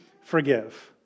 Forgive